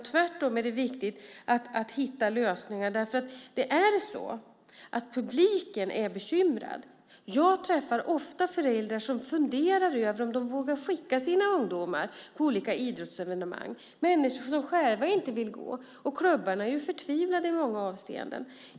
Tvärtom är det viktigt att hitta lösningar eftersom publiken är bekymrad. Jag träffar ofta föräldrar som funderar över om de vågar skicka sina ungdomar på olika idrottsevenemang. Det är människor som inte själva vill gå på detta. Klubbarna är förtvivlade i många avseenden.